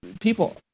People